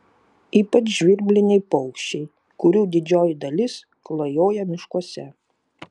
ypač žvirbliniai paukščiai kurių didžioji dalis klajoja miškuose